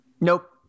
Nope